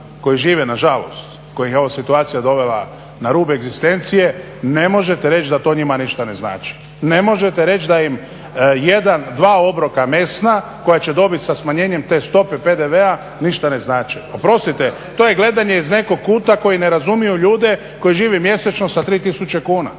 koji žive nažalost, koje je situacija dovela na rub egzistencije, ne možete reći da to njima ništa ne znači. Ne možete reći da im jedan, dva obroka mesna koja će dobit sa smanjenjem te stope PDV-a ništa ne znače. Oprostite, to je gledanje iz nekog kuta koji ne razumiju ljude koji žive mjesečno sa 3000 kuna.